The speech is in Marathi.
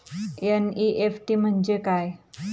एन.इ.एफ.टी म्हणजे काय?